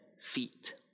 feet